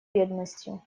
бедностью